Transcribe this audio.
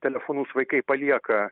telefonus vaikai palieka